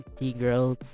integral